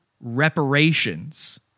reparations